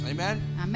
Amen